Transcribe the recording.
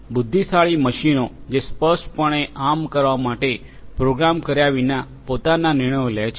બુદ્ધિશાળી મશીનો જે સ્પષ્ટપણે આમ કરવા માટે પ્રોગ્રામ કર્યા વિના પોતાના નિર્ણયો લે છે